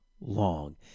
long